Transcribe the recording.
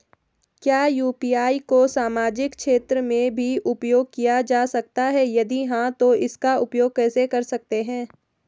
क्या यु.पी.आई को सामाजिक क्षेत्र में भी उपयोग किया जा सकता है यदि हाँ तो इसका उपयोग कैसे कर सकते हैं?